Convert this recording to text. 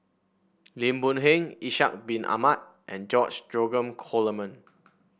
Lim Boon Heng Ishak Bin Ahmad and George Dromgold Coleman